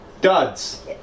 Duds